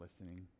listening